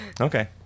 okay